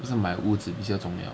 不是买屋子比较重要